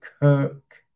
Kirk